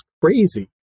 crazy